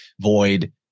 void